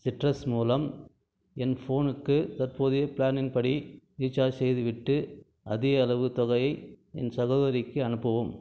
citrus மூலம் என் ஃபோனுக்கு தற்போதைய பிளானின் படி ரீசார்ஜ் செய்துவிட்டு அதே அளவு தொகையை என் சகோதரிக்கு அனுப்பவும்